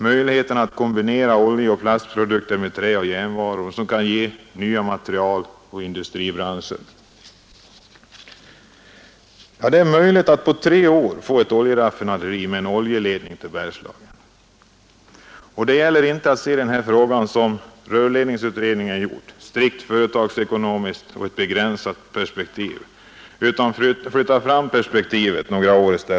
Möjligheterna att kombinera oljeoch plastprodukter med träoch järnvaror kan ge nya materiel och industribranscher. Det är möjligt att på tre år få ett oljeraffinaderi med en oljeledning till Bergslagen. Det gäller att inte se denna fråga så som rörledningsutredningen gjort, strikt företagsekonomiskt och i ett begränsat perspektiv, utan man bör flytta fram perspektivet några år.